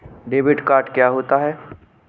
Debit card क्या होता है?